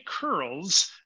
curls